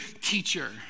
teacher